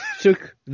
took